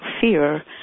fear